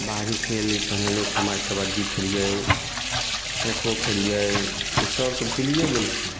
बाहरी खेल पहिले लोग हम आर कबड्डी खेलिए खो खो खेलिए इसब तऽ भूलिए गेलखिन